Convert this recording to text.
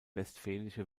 westfälische